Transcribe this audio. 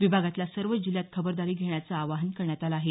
विभागातल्या सर्वच जिल्ह्यांत खबरदारी घेण्याचं आवाहन करण्यात आलं आहे